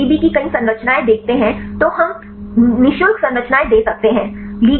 यदि आप पीडीबी की कई संरचनाएँ देखते हैं तो हम नि शुल्क संरचनाएँ दे सकते हैं